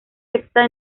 sexta